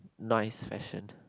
nice fashion